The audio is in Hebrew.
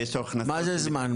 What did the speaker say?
מה זה זמן?